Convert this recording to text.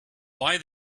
why